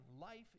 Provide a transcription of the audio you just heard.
Life